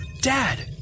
Dad